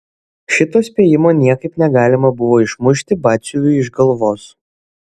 šito spėjimo niekaip negalima buvo išmušti batsiuviui iš galvos